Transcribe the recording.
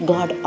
God